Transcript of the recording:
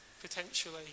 potentially